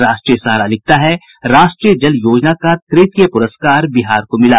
राष्ट्रीय सहारा लिखता है राष्ट्रीय जल योजना का तृतीय पुरस्कार बिहार को मिला